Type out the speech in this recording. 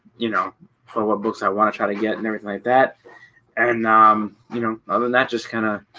you know what books i want to try to get and everything like that and um you know other than that just kind of?